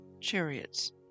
chariots